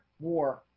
war